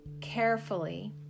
carefully